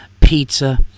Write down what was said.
pizza